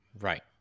Right